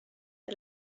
the